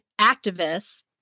activists